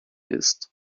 ist